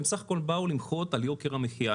והם בסך הכול באו למחות על יוקר המחיה.